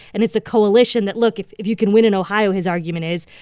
and it's a coalition that look. if if you can win in ohio, his argument is,